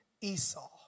Esau